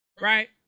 Right